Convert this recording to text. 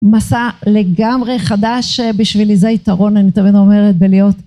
מסע לגמרי חדש בשבילי זה יתרון אני תמיד אומרת בלהיות